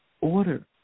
order